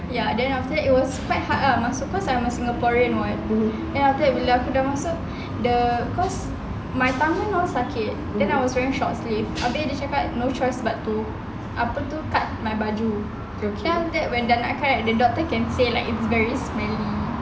ya then after that it was quite hard ah masa tu cause I'm a singaporean [what] then after that bila aku dah masuk the cause my tangan all sakit then I was wearing short sleeve abeh dia cakap no choice but to apa tu cut my baju then after that when I cut kan the doctor can say like it's very smelly